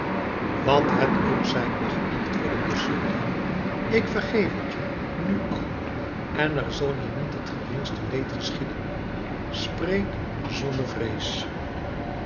wat het ook zijn mag antwoordde de sultan ik vergeef het je nu al en er zal je niet het geringste leed geschieden spreek zonder vrees